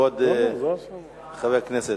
זו הערה נוספת.